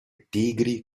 tigri